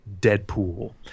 Deadpool